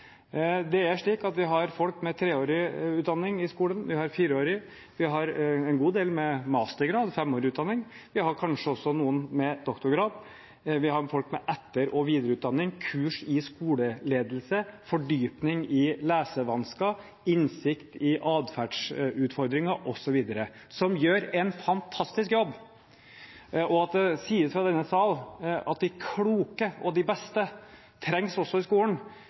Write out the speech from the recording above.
Det er slik at vi har folk med treårig utdanning i skolen, vi har fireårig, og vi har en god del med mastergrad – femårig utdanning. Vi har kanskje også noen med doktorgrad. Vi har folk med etter- og videreutdanning, kurs i skoleledelse, fordypning i lesevansker, innsikt i atferdsutfordringer, osv. – som gjør en fantastisk jobb. At det sies fra denne sal at de kloke og de beste trengs også i skolen,